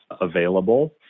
available